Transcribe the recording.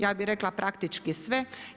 Ja bi rekla praktički sve.